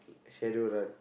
shadow run